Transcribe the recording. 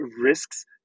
risks